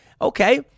Okay